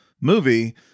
movie